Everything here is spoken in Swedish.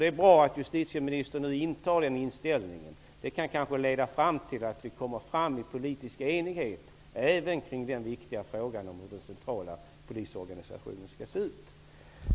Det är bra att justitieministern nu intar den ståndpunkten. Det kan kanske leda till att vi når politisk enighet även om den viktiga frågan hur den centrala polisorganisationen skall se ut.